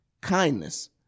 kindness